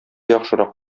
яхшырак